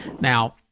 Now